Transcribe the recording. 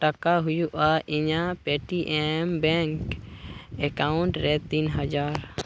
ᱴᱟᱠᱟ ᱦᱩᱭᱩᱜᱼᱟ ᱤᱧᱟᱹᱜ ᱯᱮᱴᱤᱭᱮᱢ ᱵᱮᱝᱠ ᱮᱠᱟᱣᱩᱱᱴ ᱨᱮ ᱛᱤᱱ ᱦᱟᱡᱟᱨ